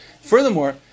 Furthermore